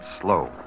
slow